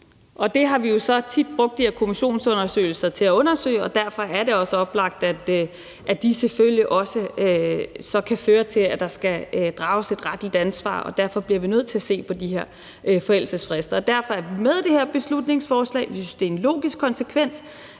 Det har vi jo tit brugt de her kommissionsundersøgelser til at undersøge, og derfor er det også oplagt, at de selvfølgelig også kan føre til, at der skal drages et retligt ansvar. Derfor bliver vi nødt til at se på de her forældelsesfrister, og derfor er vi med i det her beslutningsforslag. Vi synes, det er en logisk konsekvens